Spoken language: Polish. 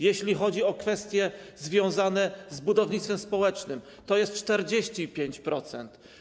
Jeśli chodzi o kwestie związane z budownictwem społecznym, będzie to 45%.